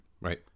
Right